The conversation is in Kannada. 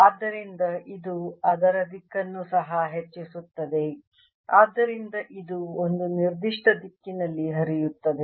ಆದ್ದರಿಂದ ಇದು ಅದರ ದಿಕ್ಕನ್ನು ಸಹ ಹೆಚ್ಚಿಸುತ್ತದೆ ಆದ್ದರಿಂದ ಇದು ಒಂದು ನಿರ್ದಿಷ್ಟ ದಿಕ್ಕಿನಲ್ಲಿ ಹರಿಯುತ್ತದೆ